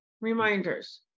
reminders